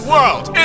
World